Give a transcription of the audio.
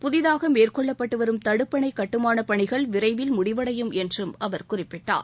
புதிதாக மேற்கொள்ளப்பட்டு வரும் தடுப்பணை கட்டுமானப் பணிகள் விரைவில் முடிவடையும் என்றும் அவர் குறிப்பிட்டார்